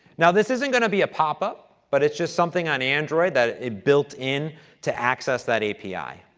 now, this isn't going to be a popup, but it's just something on android that it built in to access that api.